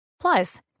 Plus